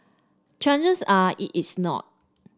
chances are it is not